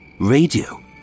radio